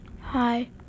Hi